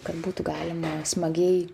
kad būtų galima smagiai